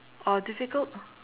or difficult